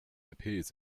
appears